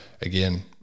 again